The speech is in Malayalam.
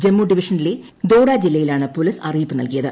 ജമ്മു ഡിവിഷനിലെ ദോഡ ജില്ലയിലാണ് പോലീസ് അറിയിപ്പ് നൽകിയത്